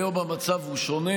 היום המצב הוא שונה.